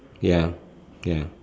ya ya